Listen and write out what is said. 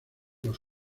los